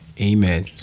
amen